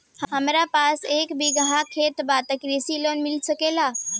हमरा पास एक बिगहा खेत बा त कृषि लोन मिल सकेला?